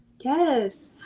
Yes